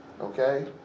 Okay